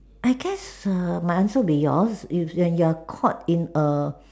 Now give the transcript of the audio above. I guess err my answer be yours if when you're caught in a